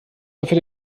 dafür